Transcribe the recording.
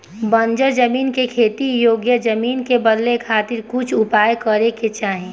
बंजर जमीन के खेती योग्य जमीन में बदले खातिर कुछ उपाय करे के चाही